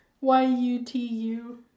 Y-U-T-U